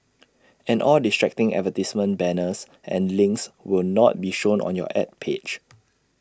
and all distracting advertising banners and links will not be shown on your Ad page